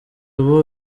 ubu